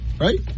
Right